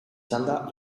txanda